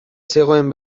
zegoen